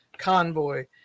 convoy